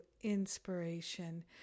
inspiration